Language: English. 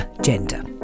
gender